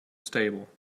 stable